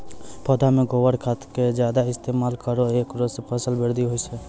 पौधा मे गोबर खाद के ज्यादा इस्तेमाल करौ ऐकरा से फसल बृद्धि होय छै?